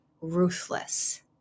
ruthless